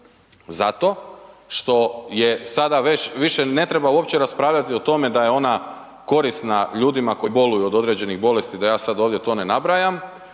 Zato što je sada već, više ne treba uopće raspravljati o tome da je ona korisna ljudima koji boluju od određenih bolesti, da ja sad ovdje to ne nabrajam